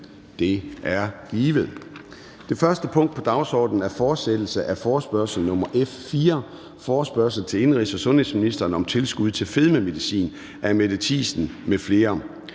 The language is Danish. Det er givet. --- Det første punkt på dagsordenen er: 1) Fortsættelse af forespørgsel nr. F 4 [afstemning]: Forespørgsel til indenrigs- og sundhedsministeren om tilskud til fedmemedicin. Af Mette Thiesen (DF) m.fl.